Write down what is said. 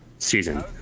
season